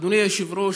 אדוני היושב-ראש,